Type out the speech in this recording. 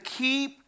keep